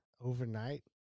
overnight